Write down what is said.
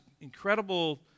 incredible